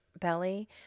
belly